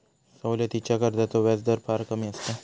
सवलतीच्या कर्जाचो व्याजदर फार कमी असता